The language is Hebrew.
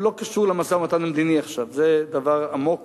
זה לא קשור למשא-ומתן המדיני עכשיו, זה דבר עמוק